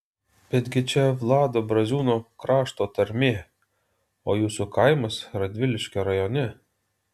betgi čia vlado braziūno krašto tarmė o jūsų kaimas radviliškio rajone